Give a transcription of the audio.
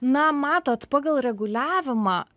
na matot pagal reguliavimą